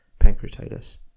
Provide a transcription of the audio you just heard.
pancreatitis